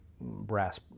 brass